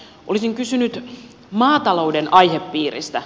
olisin kysynyt maatalouden aihepiiristä